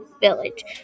Village